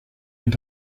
und